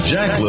Jack